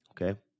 okay